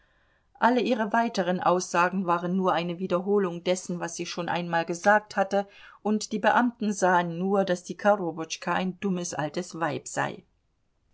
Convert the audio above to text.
alle ihre weiteren aussagen waren nur eine wiederholung dessen was sie schon einmal gesagt hatte und die beamten sahen nur daß die korobotschka ein dummes altes weib sei